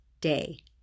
day